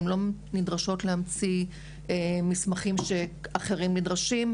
והן לא נדרשות להמציא מסמכים שאחרים נדרשים.